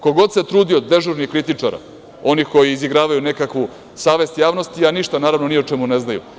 Ko god se trudio od dežurnih kritičara, onih koji izigravaju nekakvu savest javnosti, a ništa naravno ni o čemu ne znaju.